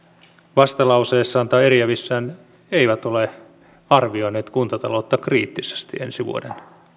vastalauseissaan tai eriävissään eivät ole arvioineet kuntataloutta kriittisesti ensi vuoden